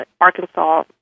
Arkansas